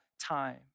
time